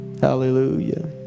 Hallelujah